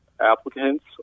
applicants